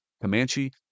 Comanche